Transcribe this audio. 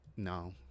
No